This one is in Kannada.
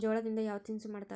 ಜೋಳದಿಂದ ಯಾವ ತಿನಸು ಮಾಡತಾರ?